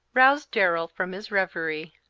roused darrell from his revery.